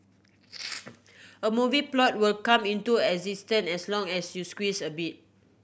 a movie plot will come into existence as long as you squeeze a bit